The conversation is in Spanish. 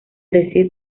decir